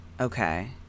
Okay